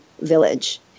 village